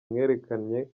mwerekanye